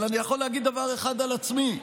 אבל אני יכול להגיד דבר אחד על עצמי.